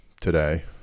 today